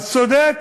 אז צודק